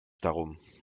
darum